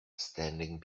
standing